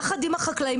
יחד עם החקלאים,